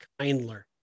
kindler